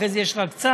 אחרי זה יש רק צו,